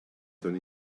ton